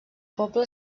poble